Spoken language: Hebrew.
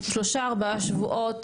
שלושה-ארבעה שבועות,